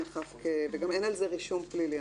וגם אין על זה רישום פלילי,